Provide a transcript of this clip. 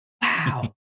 Wow